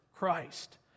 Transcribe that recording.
Christ